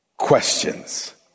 questions